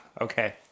Okay